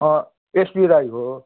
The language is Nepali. अँ एसबी राई हो